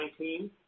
2019